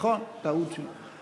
טעות שלי.